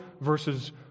versus